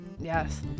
yes